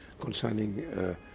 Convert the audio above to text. concerning